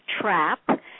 Trap